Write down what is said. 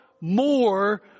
more